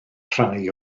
rhai